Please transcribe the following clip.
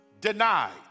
denied